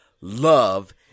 love